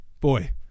boy